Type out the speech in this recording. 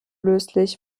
löslich